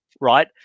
right